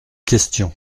question